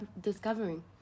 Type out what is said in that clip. discovering